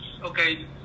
okay